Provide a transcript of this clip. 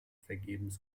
vergebens